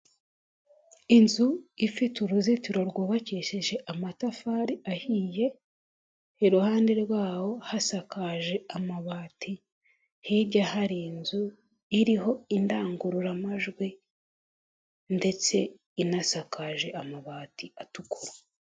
Inzu ifite uruzitiro rwubakishije amatafari ahiye, iruhande rwaho hasakaje amabati hirya hari inzu iriho indangururamajwi ndetse inasakaje amabati atukura.